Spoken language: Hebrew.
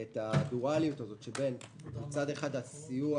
את הדואליות בין הסיוע